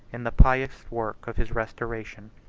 in the pious work of his restoration.